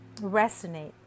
resonate